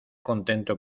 contento